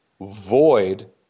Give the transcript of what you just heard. void